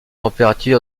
température